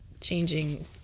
changing